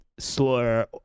slur